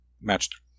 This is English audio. matched